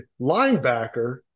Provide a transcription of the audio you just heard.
linebacker